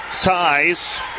ties